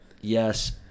Yes